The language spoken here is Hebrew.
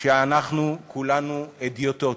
שאנחנו כולנו הדיוטות,